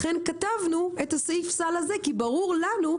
לכן כתבנו את סעיף הסל הזה כי ברור לנו,